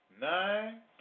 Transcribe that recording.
nine